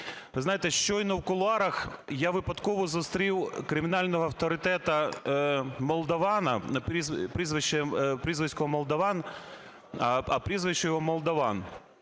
Ви знаєте, щойно в кулуарах я випадково зустрів кримінального авторитета Молдована, прізвисько "Молдован", а прізвище його Молдован,